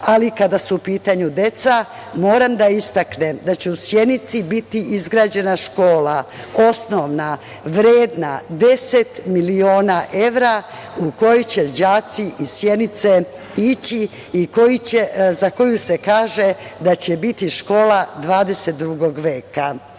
Ali, kada su u pitanju deca, moram da istaknem da će u Sjenici biti izgrađena osnovana škola vredna 10 miliona evra u koju će đaci iz Sjenice ići i za koju se kaže da će biti škola 22. veka. Sve